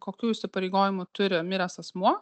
kokių įsipareigojimų turi miręs asmuo